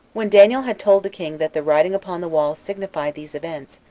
when daniel had told the king that the writing upon the wall signified these events,